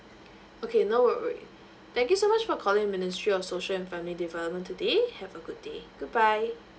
okay no worry thank you so much for calling ministry of social and family development today have a good day goodbye